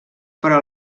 però